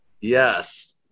Yes